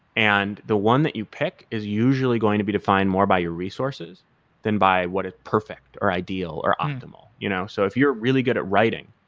and the one that you picked is usually going to be defined more by your resources than by what it perfect or ideal or optimal. you know so if you're really good at writing,